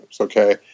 Okay